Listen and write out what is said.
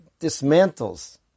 dismantles